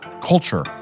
culture